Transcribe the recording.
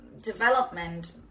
development